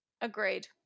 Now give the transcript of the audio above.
Agreed